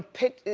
pit,